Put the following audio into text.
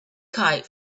kite